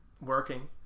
working